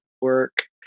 work